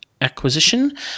acquisition